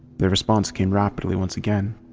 their response came rapidly once again,